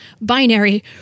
binary